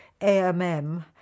AMM